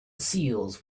seals